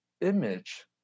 image